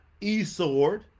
eSword